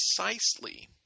precisely